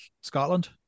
Scotland